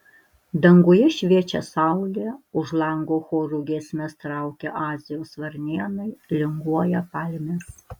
danguje šviečia saulė už lango choru giesmes traukia azijos varnėnai linguoja palmės